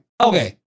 Okay